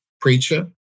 preacher